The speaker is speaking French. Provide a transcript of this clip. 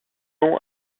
nom